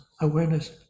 awareness